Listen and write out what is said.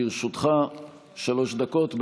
לרשותך שלוש דקות,